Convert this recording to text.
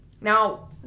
Now